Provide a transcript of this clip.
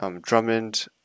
Drummond